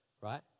right